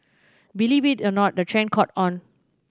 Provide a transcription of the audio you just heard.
believe it or not the trend caught on